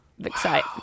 excite